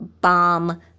bomb